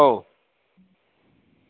ओ